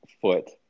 foot